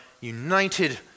united